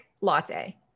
latte